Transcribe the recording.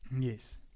Yes